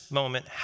moment